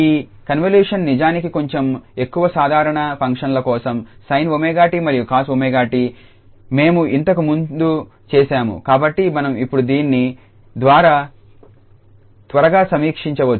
ఈ కన్వల్యూషన్ నిజానికి కొంచెం ఎక్కువ సాధారణ ఫంక్షన్ల కోసం sin𝜔𝑡 మరియు cos𝜔𝑡 మేము ఇంతకు ముందు చేసాము కాబట్టి మనం ఇప్పుడు దీని ద్వారా త్వరగా సమీక్షించవచ్చు